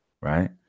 right